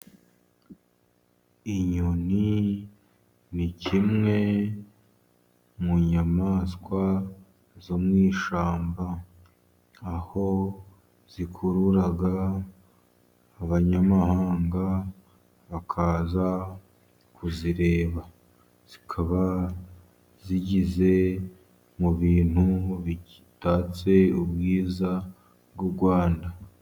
Inyoni ni kimwe mu nyamaswa zo mu ishyamba, aho zikurura abanyamahanga bakaza kuzireba, zikaba zigize mu bintu bitatse ubwiza bw'u Rwanda